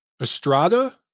Estrada